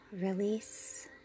release